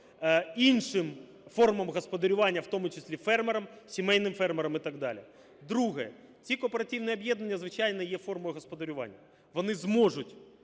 іншим формам господарювання, в тому числі фермерам, сімейним фермерам і так далі. Друге. Ці кооперативні об'єднання, звичайно, є формою господарювання. Вони зможуть